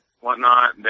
whatnot